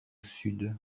sud